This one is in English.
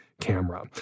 camera